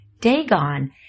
Dagon